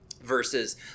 versus